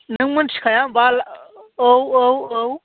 नों मोनथिखाया होनबा औ औ औ